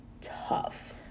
tough